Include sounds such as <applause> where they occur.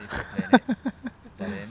<laughs>